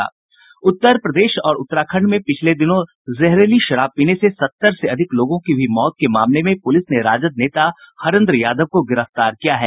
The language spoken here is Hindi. उत्तर प्रदेश और उत्तराखंड में पिछले दिनों जहरीली शराब पीने से सत्तर से अधिक लोगों की हई मौत के मामले में पूलिस ने राजद नेता हरेन्द्र यादव को गिरफ्तार किया है